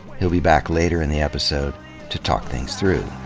he'll be back later in the episode to talk things through.